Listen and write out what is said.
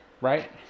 Right